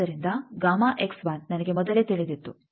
ಆದ್ದರಿಂದ ನನಗೆ ಮೊದಲೇ ತಿಳಿದಿತ್ತು